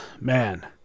man